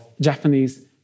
Japanese